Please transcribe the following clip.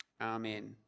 Amen